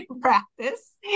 practice